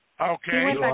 Okay